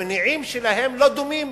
המניעים שלהם לא דומים.